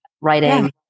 writing